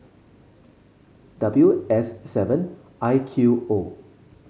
W S seven I Q O